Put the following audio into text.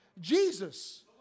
Jesus